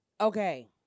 okay